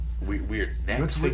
weird